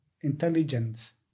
intelligence